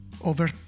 over